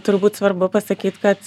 turbūt svarbu pasakyt kad